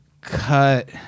cut